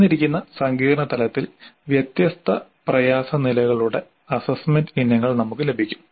തന്നിരിക്കുന്ന സങ്കീർണ്ണ തലത്തിൽ വ്യത്യസ്ത പ്രയാസ നിലകളുടെ അസ്സസ്സ്മെന്റ് ഇനങ്ങൾ നമുക്ക് ലഭിക്കും